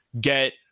get